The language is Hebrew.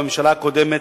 בממשלה הקודמת,